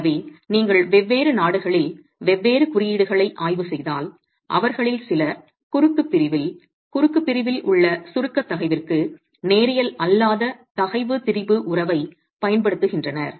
எனவே நீங்கள் வெவ்வேறு நாடுகளில் வெவ்வேறு குறியீடுகளை ஆய்வு செய்தால் அவர்களில் சிலர் குறுக்கு பிரிவில் குறுக்கு பிரிவில் உள்ள சுருக்கத் தகைவிற்கு நேரியல் அல்லாத தகைவு திரிபு உறவைப் பயன்படுத்துகின்றனர்